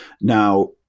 Now